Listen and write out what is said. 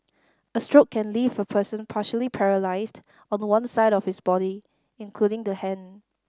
a stroke can leave a person partially paralysed on one side of his body including the hand